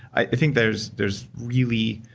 i think there's there's really